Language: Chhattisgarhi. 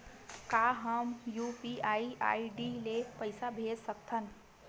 का हम यू.पी.आई आई.डी ले पईसा भेज सकथन?